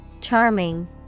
Charming